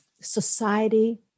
society